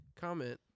comment